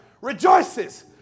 rejoices